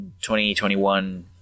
2021